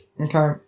Okay